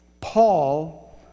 Paul